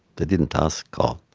they didn't ask god.